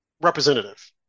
representative